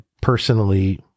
personally